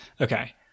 Okay